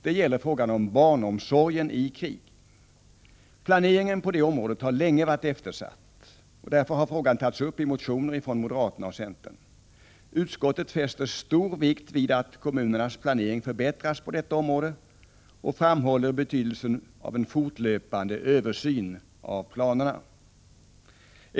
Det gäller frågan om barnomsorgen i krig. Planeringen på detta område har länge varit eftersatt. Därför har frågan tagits upp i motioner från moderaterna och centern. Utskottet fäster stor vikt vid att kommunernas planering förbättras på detta område och framhåller betydelsen av en fortlöpande översyn av planerna.